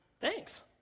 thanks